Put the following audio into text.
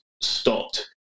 stopped